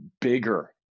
bigger